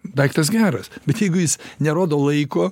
daiktas geras bet jeigu jis nerodo laiko